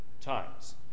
times